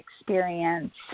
experience